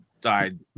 died